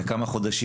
לכמה חודשים,